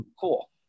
cool